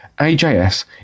AJS